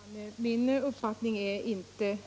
Herr talman! Min uppfattning är inte